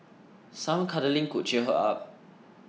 some cuddling could cheer her up